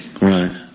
Right